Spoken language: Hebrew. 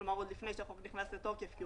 כלומר עוד לפני שהחוק נכנס לתוקף כי הוא ריק.